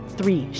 Three